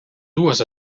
dues